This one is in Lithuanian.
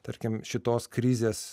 tarkim šitos krizės